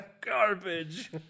garbage